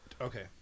Okay